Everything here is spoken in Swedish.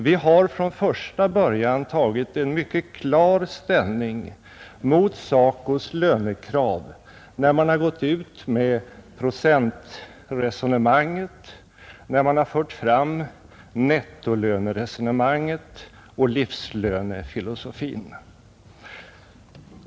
Vi har från första början tagit en mycket klar ställning mot SACO:s lönekrav, när man i SACO gick ut med procentresonemanget eller förde fram nettolöneresonemanget och livslönefilosofin.